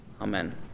amen